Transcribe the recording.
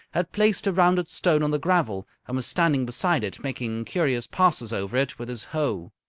had placed a rounded stone on the gravel, and was standing beside it making curious passes over it with his hoe.